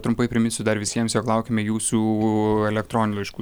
trumpai priminsiu dar visiems jog laukiame jūsų elektroninių laiškų